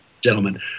gentlemen